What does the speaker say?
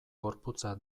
gorputza